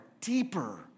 deeper